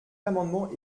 amendement